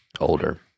older